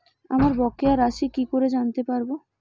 আমার বকেয়া রাশি কি করে জানতে পারবো?